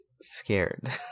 scared